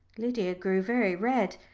lydia grew very red.